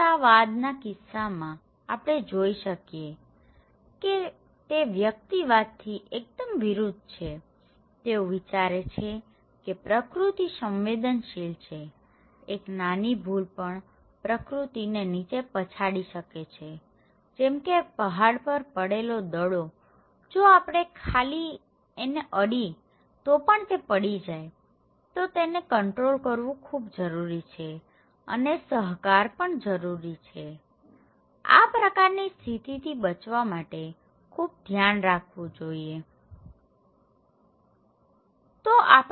સમાનતાવાદના કિસ્સામાં આપણે જોઈ શકીએ કે તે વ્યક્તિવાદથી એકદમ વિરુદ્ધ છે તેઓ વીચારે છે કે પ્રકૃતિ સંવેદનશીલ છેએક નાની ભૂલ પણ પ્રકૃતિને નીચે પછાડી શકે છે જેમકે પહાડ પર પડેલો દડો જો આપણે ખાલી એને અડી તો પણ તે પડી જાય તો તેને કન્ટ્રોલ કરવું ખૂબ જરૂરી છે અને સહકાર પણ જરૂરી છે આ પ્રકારની સ્થિતિથી બચવા માટે ખૂબ જ ધ્યાન રાખવું જોઈએ